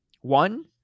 One